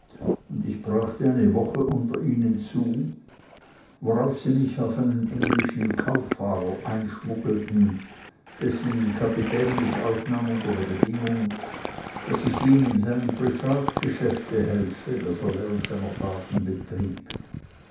und ich brachte eine woche unter ihnen zu worauf sie mich auf einem englischen kauffahrer einschmuggelten dessen kapitän mich aufnahm unter der bedingung daß ich ihm in seinem privatgeschäfte helfe das er während seiner fahrten betrieb